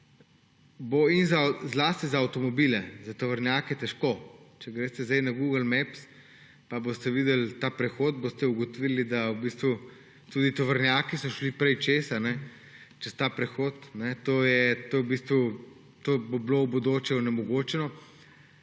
da bo zlasti za avtomobile, za tovornjake težko. Če greste zdaj na Google Maps, pa boste videli ta prehod, boste ugotovili, da so v bistvu tudi tovornjaki šli prej čez ta prehod. To bo v bodoče onemogočeno.